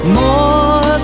more